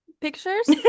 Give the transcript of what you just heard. pictures